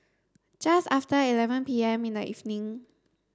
just after eleven P M in the evening